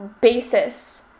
basis